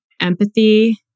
Empathy